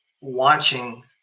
watching